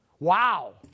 Wow